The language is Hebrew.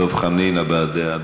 דב חנין, הבעת דעה.